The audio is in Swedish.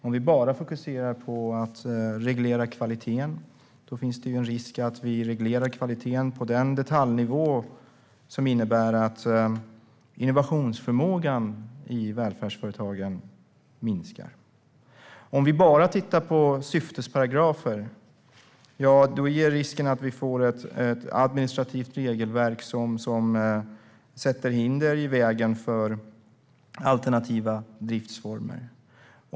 Om vi bara fokuserar på att reglera kvaliteten finns en risk att vi reglerar kvaliteten på en sådan detaljnivå att innovationsförmågan i välfärdsföretagen minskar. Om vi bara tittar på syftesparagrafer är risken att vi får ett administrativt regelverk som sätter upp hinder för alternativa driftsformer.